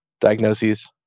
diagnoses